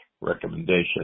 recommendation